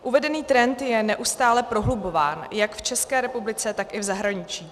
Uvedený trend je neustále prohlubován jak v České republice, tak i v zahraničí.